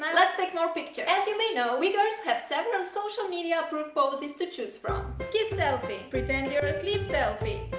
let's take more pictures. as you may know, we girls have several social media approved poses to chose from kiss selfie, pretend you're asleep selfie,